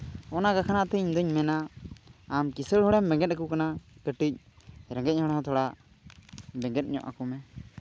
ᱚᱱᱟ ᱛᱮ ᱤᱧ ᱫᱚᱧ ᱢᱮᱱᱟ ᱟᱢ ᱠᱤᱥᱟᱹᱬ ᱦᱚᱲᱮᱢ ᱵᱮᱸᱜᱮᱫ ᱟᱠᱚ ᱠᱟᱱᱟ ᱠᱟᱹᱴᱤᱡ ᱨᱮᱸᱜᱮᱡ ᱦᱚᱲ ᱦᱚᱸ ᱛᱷᱚᱲᱟ ᱵᱮᱸᱜᱮᱫ ᱧᱚᱜ ᱟᱠᱚ ᱢᱮ